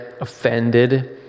offended